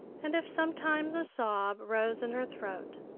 and if sometimes a sob rose in her throat,